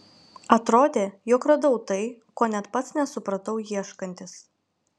atrodė jog radau tai ko net pats nesupratau ieškantis